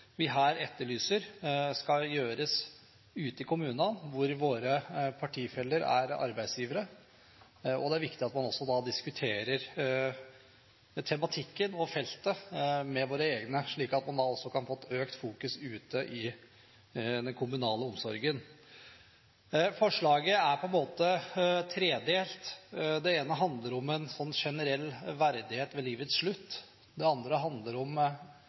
vi her etterlyser, skal gis ute i kommunene, hvor våre partifeller er arbeidsgivere. Det er viktig at vi diskuterer tematikken og feltet med våre egne, slik at man kan få økt fokusering på dette i den kommunale omsorgen. Forslaget er på en måte tredelt. Det ene handler om en generell verdighet ved livets slutt. Det andre handler om